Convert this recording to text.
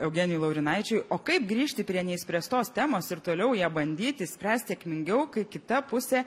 eugenijui laurinaičiui o kaip grįžti prie neišspręstos temos ir toliau ją bandyti spręst sėkmingiau kai kita pusė